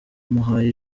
muhaye